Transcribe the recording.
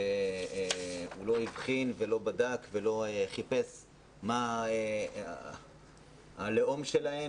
כשהוא לא הבחין ולא בדק ולא חיפש מה הלאום שלהם